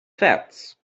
facts